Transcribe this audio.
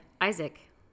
Isaac